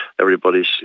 everybody's